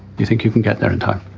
you think you can get there in time?